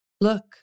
look